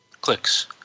Clicks